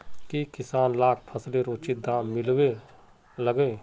की किसान लाक फसलेर उचित दाम मिलबे लगे?